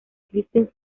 kristen